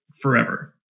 forever